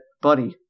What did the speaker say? buddy